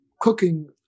cooking